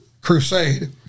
crusade